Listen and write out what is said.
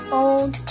old